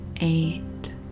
eight